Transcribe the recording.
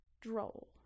droll